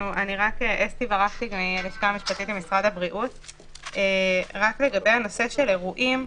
רק לגבי הנושא של אירועים,